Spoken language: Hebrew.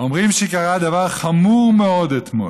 אומרים שקרה דבר חמור מאוד אתמול.